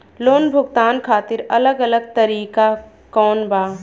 Loan भुगतान खातिर अलग अलग तरीका कौन बा?